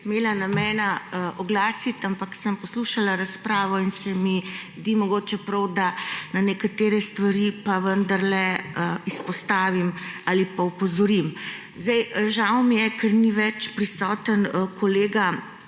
imela namena oglasiti, ampak sem poslušala razpravo in se mi zdi mogoče prav, da nekatere stvari pa vendarle izpostavim ali pa nanje opozorim. Žal mi je, ker ni več prisoten kolega